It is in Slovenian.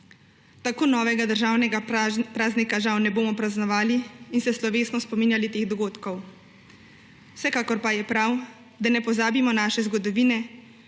Tako novega državnega praznika žal ne bomo praznovali in se slovesno spominjali teh dogodkov. Vsekakor pa je prav, da ne pozabimo naše zgodovine